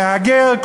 מהגר,